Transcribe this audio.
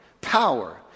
Power